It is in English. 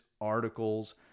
articles